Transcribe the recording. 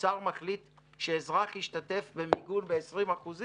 האוצר מחליט שהאזרח ישתתף במיגון ב-20%?